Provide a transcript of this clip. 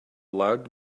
loud